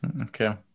okay